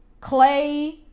Clay